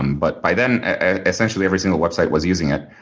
um but by then ah essentially every single website was using it.